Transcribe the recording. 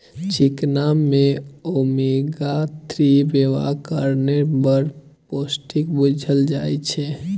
चिकना मे omega three हेबाक कारणेँ बड़ पौष्टिक बुझल जाइ छै